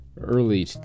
early